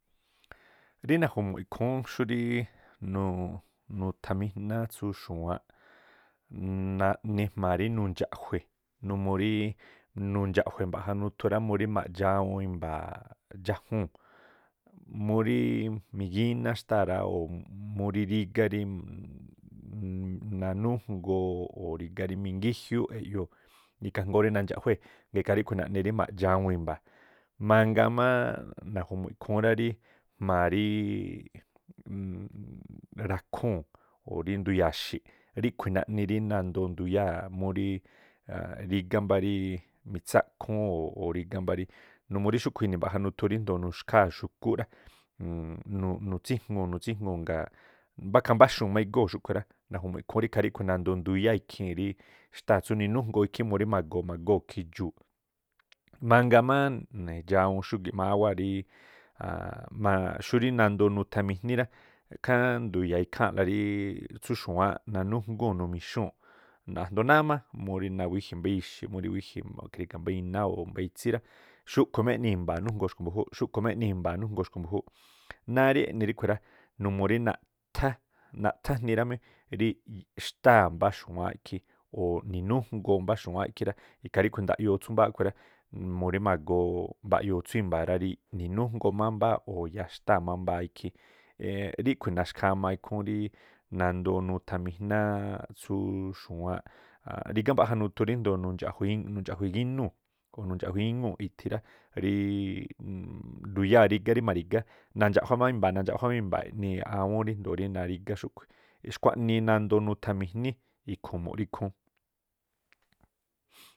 Rí naju̱mu̱ꞌ ikhúún rí nuthamijná tsú wu̱wáánꞌ, naꞌni jma̱ rí nudxaꞌjue̱ numuu rí nudxaꞌjue̱ mbaꞌja nuthu rá, murí ma̱ꞌdxwuun i̱mba̱a̱ dxájúu̱n, murí migíná xtáaꞌ rá, murí rigá rí nanújgoo o̱ rígá rí mingíjiuuꞌ eꞌyoo̱ ikhaa jngóó rí nandxaꞌjuée̱, ngaa̱ ikhaa ríꞌkhui̱ naꞌni rí ma̱ꞌdxawuun i̱mba̱a. Mangaa má naju̱mu̱ꞌ ikhúún rá rí jma̱a ríí rakhúu̱n o̱ rí nduya̱a̱ xi̱ꞌ ríꞌkhui̱ naꞌni ri nandoo nduyáa̱ murí rígá mbá rímitsákúún. Numuu rí xúꞌkhui̱ ini̱ mbaꞌja nuthu ríndoo̱ nuxkhaa̱ xu̱kúꞌ rá nutsíjun, nutsíjun ngaa̱ mbá khambáxuuñ má igóo̱ xúꞌkhui̱ rá, naju̱mu̱ꞌ ikhúún ri ikhaa ríꞌkhui̱ nandoo nduyáa̱ ikhii̱n rí xtáa̱ tsú ninujngoo̱ ikhí murí ma̱goo magoo̱ khidxuu̱. Mangaa má nidxa̱wuu xúgi̱ꞌ máwáa̱ rí aannꞌ maaꞌ xúrí nandoo nuthamijní rá khá nduyaa̱ ikháa̱nla ri tsú wu̱wáánꞌ najnúgúu̱n numi̱xúu̱nꞌ a̱jndo̱o náá má murí náa̱ wíji̱ mbá ixi̱, murí kriga̱ mbá iná o̱ mbá itsí rá, xúꞌkhu̱ má eꞌni imba̱a̱ nujngoo xku̱ mbu̱júúꞌ, xúꞌkhu̱ má eꞌni imba̱a̱ nujngoo xku̱ mbu̱júúꞌ, náá rí eꞌni ríꞌkhui̱ rá numuu rí naꞌthá naꞌthá jnii rá mi rí xtáa̱ mbáá xu̱wáánꞌ ikhí o̱ ninujngoo mbáá xu̱wáánꞌ ikhí rá. Ikhaa ríꞌkhui̱ ndaꞌyoo tsú mbáá khui̱ rá murí ma̱goo mba̱yoo tsú i̱mba̱a̱ rá rí ninujngoo mbáá o̱ yáá xtáa̱ má mbáá ikhí eeꞌ ríꞌkhui̱ naxkhamaa ikhúún rí nandoo nuthamijná tsú wu̱wáánꞌ. Rígá mbaꞌja nuthu ríndo̱o nundxa̱ꞌjue̱ íi nundxa̱ꞌjue̱ gínúu̱ o̱ nundxaꞌjue̱ íŋúu̱ꞌ ithi rá, ríí nduyáa̱ rí rigá rí ma̱ri̱gá, nandxaꞌjuá má i̱mba̱a̱, nandxaꞌjuá má i̱mba̱a̱ eꞌnii̱ awúún ríjndo̱o narígá xúꞌkhui̱.